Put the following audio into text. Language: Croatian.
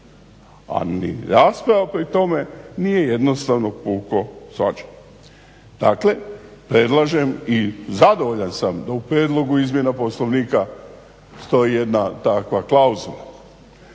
a ni rasprava pri tome nije jednostavno puko shvaćanje. Dakle, predlažem i zadovoljan sam da u prijedlogu izmjena Poslovnika stoji jedna takva klauzula.